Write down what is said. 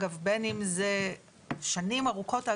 שנים ארוכות,